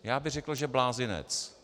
Já bych řekl, že blázinec.